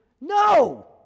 No